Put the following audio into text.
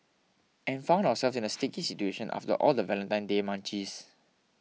and found ourselves in a sticky situation after all the Valentine Day munchies